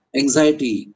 anxiety